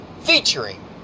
featuring